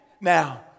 now